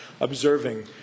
observing